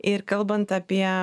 ir kalbant apie